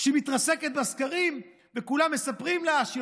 כשהיא מתרסקת בסקרים וכולם מספרים לה שהיא